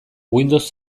windows